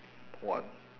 one